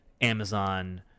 Amazon